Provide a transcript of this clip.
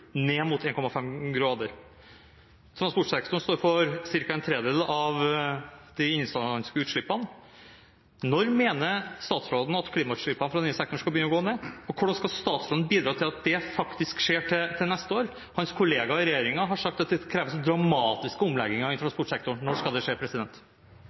ned mot 1,5 grader. Transportsektoren står for ca. en tredjedel av de innenlandske utslippene. Når mener statsråden at klimautslippene fra denne sektoren skal begynne å gå ned, og hvordan skal statsråden bidra til at det faktisk skjer til neste år? Hans kollega i regjeringen har sagt at det kreves dramatiske omlegginger i transportsektoren. Når skal det skje?